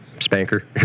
spanker